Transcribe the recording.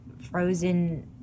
frozen